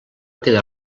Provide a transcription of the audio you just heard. queda